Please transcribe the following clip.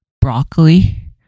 broccoli